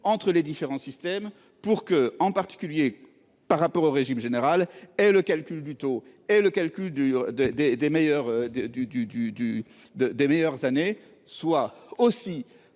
entre les différents systèmes pour que en particulier par rapport au régime général et le calcul du taux et le calcul du de des des meilleurs